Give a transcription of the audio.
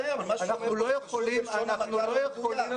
אנחנו לא יכולים להתעלם מזה --- משהו בלשון המעטה לא מדויק.